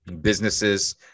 businesses